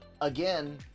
again